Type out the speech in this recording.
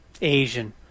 Asian